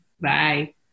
Bye